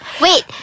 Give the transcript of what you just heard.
Wait